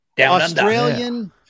Australian